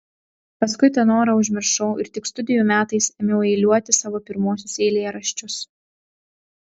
paskui tą norą užmiršau ir tik studijų metais ėmiau eiliuoti savo pirmuosius eilėraščius